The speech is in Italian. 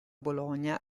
bologna